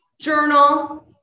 Journal